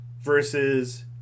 Versus